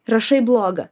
rašai blogą